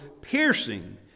piercing